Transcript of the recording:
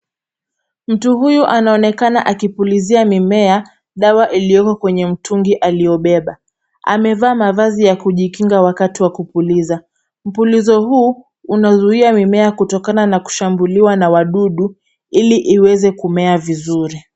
Mtu huyu anaonekana akipulizia mimea dawa iliyoko kwenye mtungi alioubeba. Amevaa mavazi ya kujikinga wakati wa kupuliza . Mpulizo huu, unazuia mimea kutokana na kushambuliwa na wadudu ili iweze kumea vizuri.